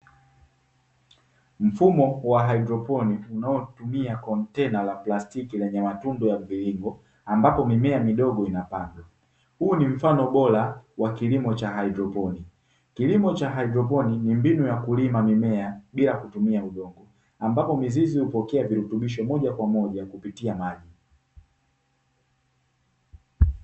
Mfumo wa haidroponi unaotumia kontena la plastiki lenye matundu ya mviringo ambapo mimea midogo inapandwa huu ni mfano bora wa kilimo cha haidroponi, kilimo cha haidroponi ni mbinu ya kilima mimea bila kutumia udongo ambapo mizizi hupokea virutubisho moja kwa moja kupitia maji.